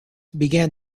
began